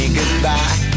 goodbye